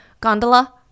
Gondola